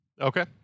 Okay